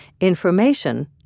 Information